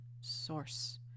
source